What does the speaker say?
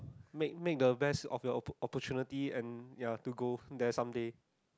make make the best of your oppor~ opportunity and ya to go there someday